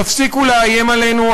תפסיקו לאיים עלינו,